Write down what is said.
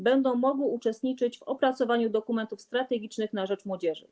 Będą mogły uczestniczyć w opracowaniu dokumentów strategicznych na rzecz młodzieży.